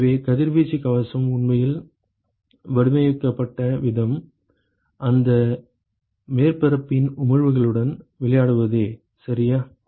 எனவே கதிர்வீச்சு கவசம் உண்மையில் வடிவமைக்கப்பட்ட விதம் அந்த மேற்பரப்பின் உமிழ்வுகளுடன் விளையாடுவதே சரியா